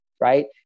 Right